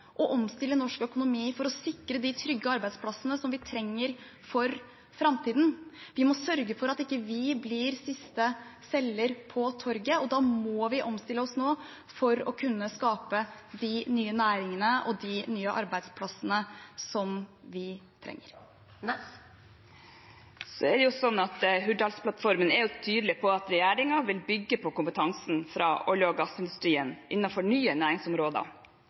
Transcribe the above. å omstille norsk økonomi for å sikre de trygge arbeidsplassene som vi trenger for framtiden. Vi må sørge for at ikke vi blir siste selger på torget, og da må vi omstille oss nå for å kunne skape de nye næringene og de nye arbeidsplassene som vi trenger. Hurdalsplattformen er tydelig på at regjeringen vil bygge på kompetansen fra olje- og gassindustrien innenfor nye næringsområder,